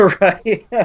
Right